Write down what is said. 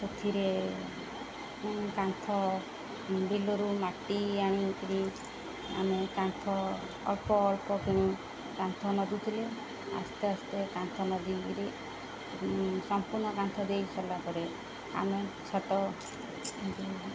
ସେଥିରେ କାନ୍ଥ ବିଲରୁ ମାଟି ଆଣିକିରି ଆମେ କାନ୍ଥ ଅଳ୍ପ ଅଳ୍ପ କିନି କାନ୍ଥ ଲଦୁଥିଲେ ଆସ୍ତେ ଆସ୍ତେ କାନ୍ଥ ଲଦିକିରି ସମ୍ପୂର୍ଣ୍ଣ କାନ୍ଥ ଦେଇ ସାରିଲା ପରେ ଆମେ ଛାତ